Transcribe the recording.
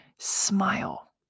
Smile